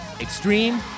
Extreme